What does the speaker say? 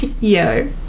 yo